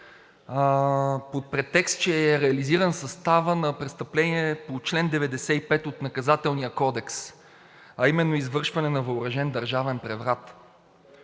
под претекст, че е реализиран съставът на престъпление по чл. 95 от Наказателния кодекс, а именно извършване на въоръжен държавен преврат.